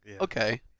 okay